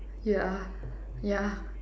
ya ya